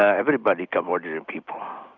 ah everybody come ordinary people.